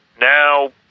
now